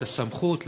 את הסמכות,